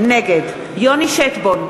נגד יוני שטבון,